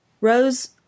Rose